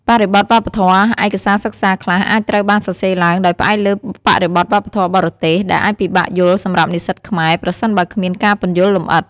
បរិបទវប្បធម៌ ឯកសារសិក្សាខ្លះអាចត្រូវបានសរសេរឡើងដោយផ្អែកលើបរិបទវប្បធម៌បរទេស ដែលអាចពិបាកយល់សម្រាប់និស្សិតខ្មែរ ប្រសិនបើគ្មានការពន្យល់លម្អិត។